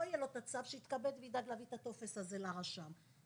אדוני, ככה זה נראה.